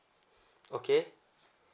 okay